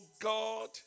God